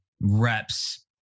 reps